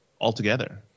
altogether